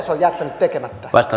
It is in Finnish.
arvoisa herra puhemies